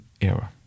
era